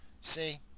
see